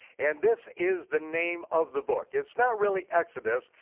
and this is the name of the book. it's not really exodus,